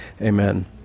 Amen